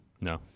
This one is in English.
No